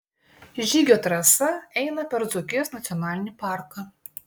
žygio trasa eina per dzūkijos nacionalinį parką